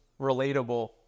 relatable